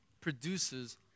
produces